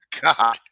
God